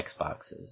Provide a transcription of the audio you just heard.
Xboxes